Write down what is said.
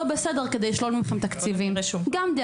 בסדר כדי לשלול ממכם תקציבים גם דרך.